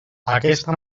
aquesta